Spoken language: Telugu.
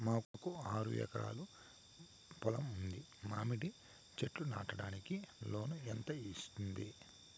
మాకు ఆరు ఎకరాలు పొలం ఉంది, మామిడి చెట్లు నాటడానికి లోను ఎంత వస్తుంది?